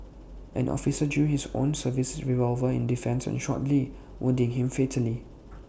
an officer drew his own service revolver in defence and shot lee wounding him fatally